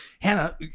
Hannah